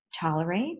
tolerate